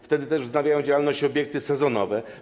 Wtedy też wznawiają działalność obiekty sezonowe.